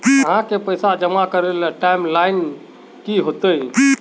आहाँ के पैसा जमा करे ले टाइम लाइन की होते?